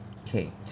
Okay